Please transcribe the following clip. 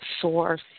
source